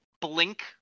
blink